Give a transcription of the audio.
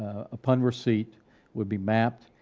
upon receipt would be mapped,